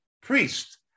priest